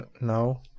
No